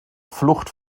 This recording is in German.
flucht